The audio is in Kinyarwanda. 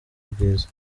bwiza